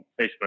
Facebook